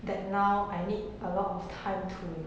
that now I need a lot of time to